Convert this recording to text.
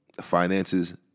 finances